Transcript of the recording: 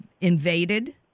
invaded